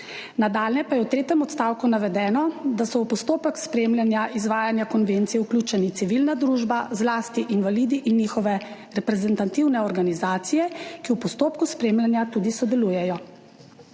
Nadalje pa je v tretjem odstavku navedeno, da so v postopek spremljanja izvajanja konvencije vključeni civilna družba, zlasti invalidi in njihove reprezentativne organizacije, ki v postopku spremljanja tudi sodelujejo.